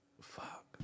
Fuck